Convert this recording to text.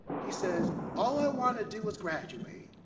he says, all i wanted to do was graduate.